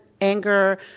anger